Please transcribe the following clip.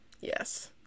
Yes